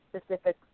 specific